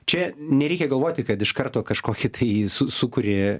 čia nereikia galvoti kad iš karto kažkokį tai su sukuri